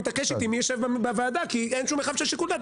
מתעקש איתי מי יישב בוועדה כי אין שום מרחב של שיקול דעת,